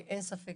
אין ספק